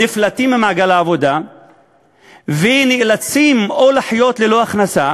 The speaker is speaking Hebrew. נפלטות ממעגל העבודה ונאלצות או לחיות ללא הכנסה,